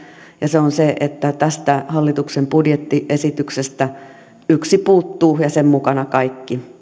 ja se on se että tästä hallituksen budjettiesityksestä yksi puuttuu ja sen mukana kaikki